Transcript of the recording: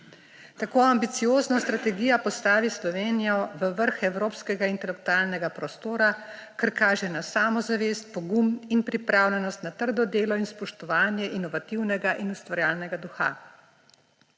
Tako ambiciozna strategija postavi Slovenijo v vrh evropskega intelektualnega prostora, kar kaže na samozavest, pogum in pripravljenost na trdo delo in spoštovanje inovativnega in ustvarjalnega duha.